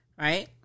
Right